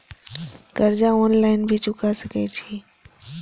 कर्जा ऑनलाइन भी चुका सके छी?